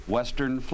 Western